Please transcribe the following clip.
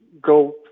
go